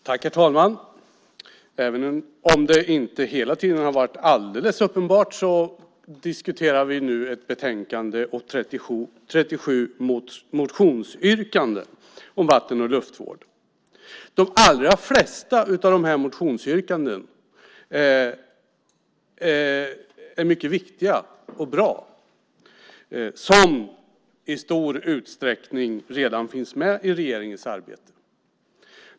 Herr talman! Det har inte hela tiden varit alldeles uppenbart att vi nu diskuterar ett betänkande om vatten och luftvård med 37 motionsyrkanden. De allra flesta av dessa motionsyrkanden är mycket viktiga och finns i stor utsträckning redan med i regeringens arbete.